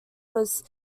was